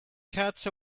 cats